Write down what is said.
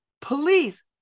police